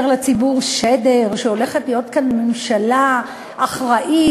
לציבור שהולכת להיות כאן ממשלה אחראית,